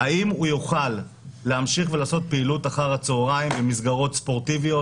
האם הוא יוכל להמשיך ולעשות פעילות אחר הצוהריים במסגרות ספורטיביות?